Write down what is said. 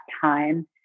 time